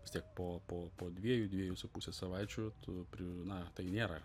vis tiek po po po dviejų dviejų su puse savaičių tu na tai nėra